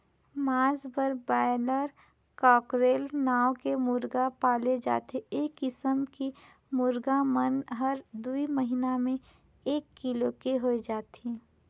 मांस बर broiler, cockerel नांव के मुरगा पाले जाथे ए किसम के मुरगा मन हर दूई महिना में एक किलो के होय जाथे